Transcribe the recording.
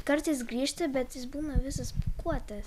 kartais grįžta bet jis būna visas pūkuotas